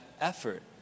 effort